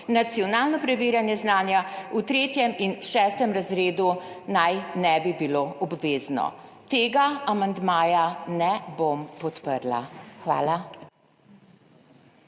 nacionalno preverjanje znanja v 3. in 6. razredu naj ne bi bilo obvezno.« Tega amandmaja ne bom podprla. Hvala.